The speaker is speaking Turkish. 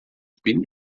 bin